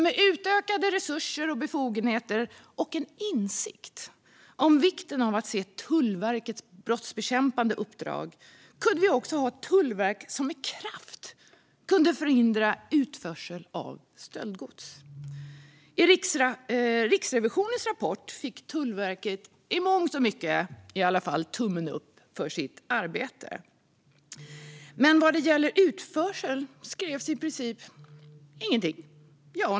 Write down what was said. Med utökade resurser och befogenheter och en insikt om vikten av att se Tullverkets brottsbekämpande uppdrag kunde vi också ha ett tullverk som med kraft kunde förhindra utförsel av stöldgods. I Riksrevisionens rapport fick Tullverket i mångt och mycket tummen upp för sitt arbete. Vad gäller utförsel skrevs dock i princip ingenting.